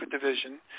division